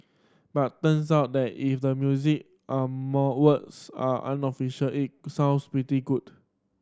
but turns out that if the music are more words are unofficial it sounds pretty good